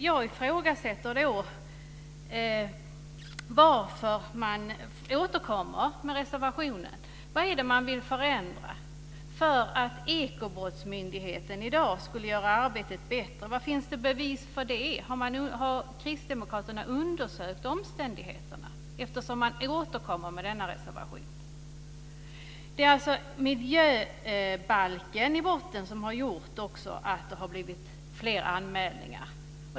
Jag frågar mig varför man återkommer med reservationen. Vad är det man vill förändra? Vad finns det för bevis för att Ekobrottsmyndigheten i dag skulle göra arbetet bättre? Har kristdemokraterna undersökt omständigheterna, eftersom man återkommer med denna reservation? I grunden är det miljöbalken som gjort att det blivit fler anmälningar.